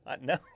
No